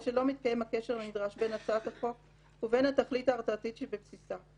שלא מתקיים הקשר הנדרש בין הצעת החוק ובין התכלית ההרתעתית שבבסיסה.